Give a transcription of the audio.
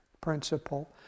principle